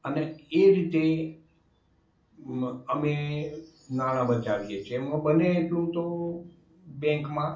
અને એ રીતે અમે નાણાં બચાવીએ છીએ એમાં બને એટલું તો બેંકમાં